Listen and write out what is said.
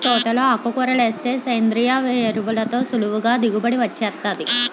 తోటలో ఆకుకూరలేస్తే సేంద్రియ ఎరువులతో సులువుగా దిగుబడి వొచ్చేత్తాది